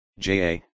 ja